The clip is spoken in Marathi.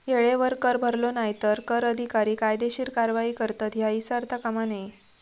येळेवर कर भरलो नाय तर कर अधिकारी कायदेशीर कारवाई करतत, ह्या विसरता कामा नये